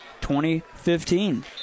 2015